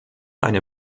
eine